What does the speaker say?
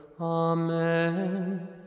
Amen